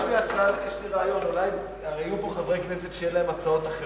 יש לי רעיון: הרי יהיו פה חברי כנסת שיש להם הצעות אחרות.